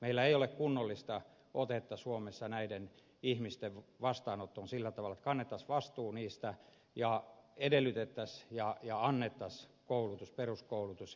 meillä ei ole kunnollista otetta suomessa näiden ihmisten vastaanottoon sillä tavalla että kannettaisiin vastuu niistä ja edellytettäisiin ja annettaisiin peruskoulutus ja kieliopinnot